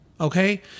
Okay